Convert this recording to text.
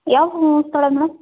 ಯಾವುವು ಸ್ಥಳ ಮೇಡಮ್